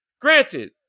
Granted